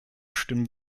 stimmen